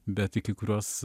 bet iki kurios